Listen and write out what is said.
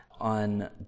on